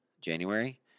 January